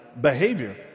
behavior